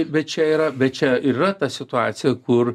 bet čia yra bet čia yra ta situacija kur